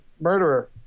murderer